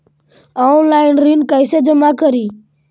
Online ऋण कैसे जमा करी?